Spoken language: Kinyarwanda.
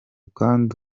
kandi